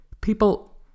People